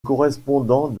correspondant